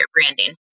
branding